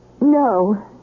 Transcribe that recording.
No